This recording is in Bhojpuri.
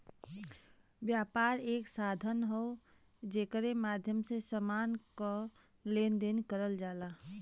व्यापार एक साधन हौ जेकरे माध्यम से समान क लेन देन करल जाला